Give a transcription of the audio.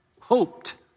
hoped